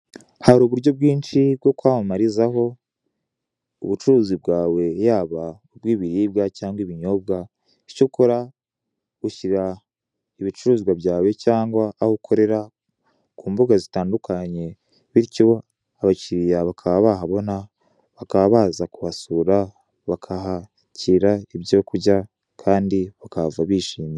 Hari uburyo bwinshi bwo kwamamarizaho ubucuruzi bwawe yaba bw'ibiribwa cyangwa ibinyobwa, icyo ukora ushyira ibicuruzwa byawe cyangwa aho ukorera ku mbuga zitandukanye bityo abakiriya bakaba bahabona, bakaba baza kuhasura bakahakira ibyo kurya kandi bakahava bishimye.